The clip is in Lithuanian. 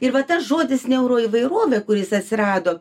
ir va tas žodis neuro įvairovė kuris atsirado